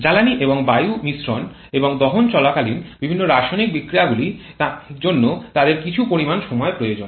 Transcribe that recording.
জ্বালানী এবং বায়ু মিশ্রণ এবং দহন চলাকালীন বিভিন্ন রাসায়নিক বিক্রিয়াগুলি জন্য তাদের কিছু পরিমাণ সময় প্রয়োজন